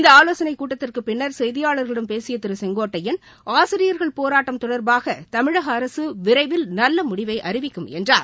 இந்த ஆலோசனைக் கூட்டத்திற்கு பின்னர் செய்தியாளர்களிடம் பேசிய திரு செங்கோட்டையன் ஆசிரியர்கள் போராட்டம் தொடர்பாக தமிழக அரசு விரைவில் நல்ல முடிவை அறிவிக்கும் என்றார்